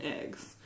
eggs